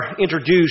introduced